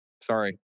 Sorry